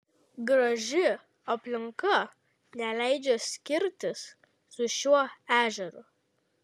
graži aplinka neleidžia skirtis su šiuo ežeru